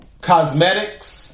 Cosmetics